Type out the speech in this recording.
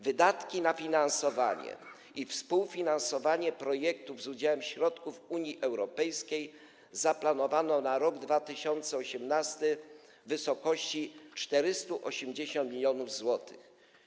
Wydatki na finansowanie i współfinansowanie projektów z udziałem środków Unii Europejskiej zaplanowano na rok 2018 w wysokości 480 mln zł.